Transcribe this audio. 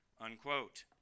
unquote